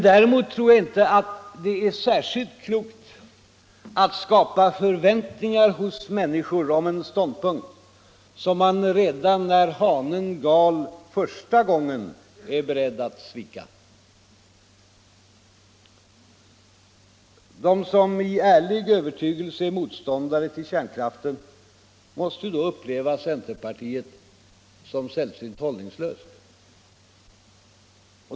Däremot tror jag inte att det är särskilt klokt att skapa förväntningar hos människor om en ståndpunkt, som man redan när hanen gal första gången är beredd att svika. De som i ärlig övertygelse är motståndare till kärnkraften måste ju uppleva centerpartiet som sällsynt hållningslöst.